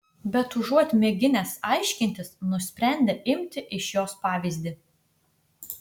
bet užuot mėginęs aiškintis nusprendė imti iš jos pavyzdį